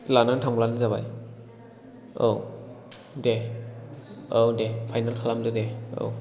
लानानै थांब्लानो जाबाय औ दे औ दे फाइनेल खालामदो दे औ